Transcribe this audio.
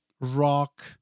rock